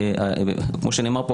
כמו שנאמר,